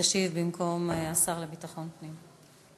תשיב במקום השר לביטחון פנים.